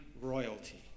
royalty